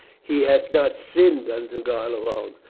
he hath not sinned unto god alone,